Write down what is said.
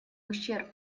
ущерб